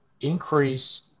increase